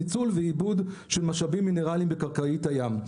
ניצול ועיבוד של משאבים מינרלים בקרקעית הים,